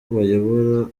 bayobora